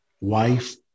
wife